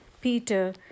Peter